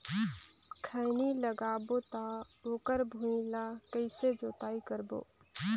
खैनी लगाबो ता ओकर भुईं ला कइसे जोताई करबो?